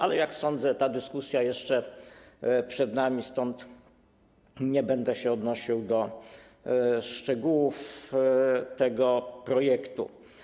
Ale, jak sądzę, ta dyskusja jest jeszcze przed nami, stąd nie będę się odnosił do szczegółów tego projektu.